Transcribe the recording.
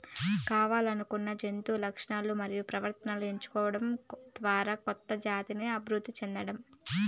కావల్లనుకున్న జంతు లక్షణాలను మరియు ప్రవర్తనను ఎంచుకోవడం ద్వారా కొత్త జాతిని అభివృద్ది చేయడం